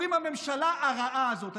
אומרים: הממשלה הרעה הזאת.